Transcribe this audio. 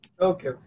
Okay